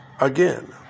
again